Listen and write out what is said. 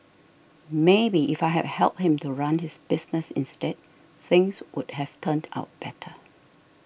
maybe if I had helped him to run his business instead things would have turned out better